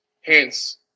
Hence